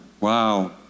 Wow